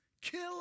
Kill